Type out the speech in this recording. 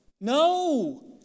No